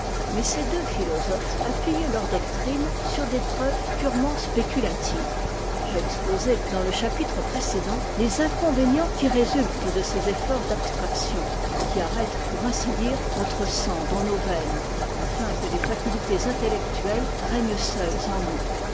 mais ces deux phitosophes appuyaient leur doctrine sur des preuves purement spéculatives j'ai exposé dans le chapitre précédent les inconvénients qui résultent de ces efforts d'abstraction qui arrêtent pour ainsi dire notre sang dans nos veines afin que les facultés intellectuelles règnent soutes en nous